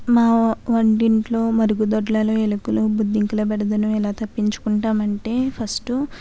మా వంటింట్లో మరుగుదొడ్లలో ఎలుకలు బొద్దింకల బెడదను ఎలా తప్పించుకుంటామంటే ఫస్ట్